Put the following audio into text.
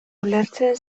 ulertzen